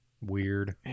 weird